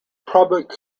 public